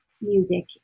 music